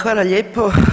Hvala lijepo.